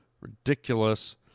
Ridiculous